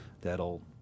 that'll